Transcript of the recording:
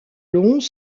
longs